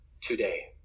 today